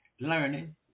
learning